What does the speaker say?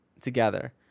Together